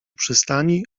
przystani